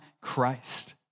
Christ